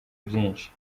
byinshi